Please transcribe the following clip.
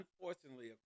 unfortunately